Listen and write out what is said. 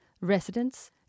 residents